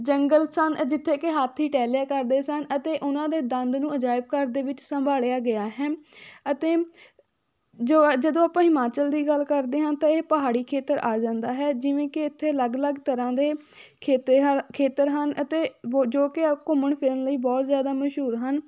ਜੰਗਲ ਸਨ ਜਿੱਥੇ ਕਿ ਹਾਥੀ ਟਹਿਲਿਆ ਕਰਦੇ ਸਨ ਅਤੇ ਉਹਨਾਂ ਦੇ ਦੰਦ ਨੂੰ ਅਜਾਇਬ ਘਰ ਦੇ ਵਿੱਚ ਸੰਭਾਲਿਆ ਗਿਆ ਹੈ ਅਤੇ ਜੋ ਜਦੋਂ ਆਪਾਂ ਹਿਮਾਚਲ ਦੀ ਗੱਲ ਕਰਦੇ ਹਾਂ ਤਾਂ ਇਹ ਪਹਾੜੀ ਖੇਤਰ ਆ ਜਾਂਦਾ ਹੈ ਜਿਵੇਂ ਕਿ ਇੱਥੇ ਅਲੱਗ ਅਲੱਗ ਤਰ੍ਹਾਂ ਦੇ ਖੇਤੇ ਖੇਤਰ ਹਨ ਅਤੇ ਜੋ ਕਿ ਬੋ ਘੁੰਮਣ ਫਿਰਨ ਲਈ ਬਹੁਤ ਜ਼ਿਆਦਾ ਮਸ਼ਹੂਰ ਹਨ